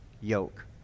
yoke